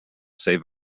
save